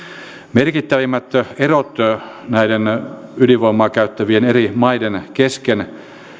merkittävimmät erot näiden ydinvoimaa käyttävien eri maiden kesken